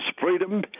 freedom